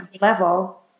Level